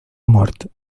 mort